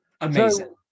Amazing